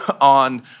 on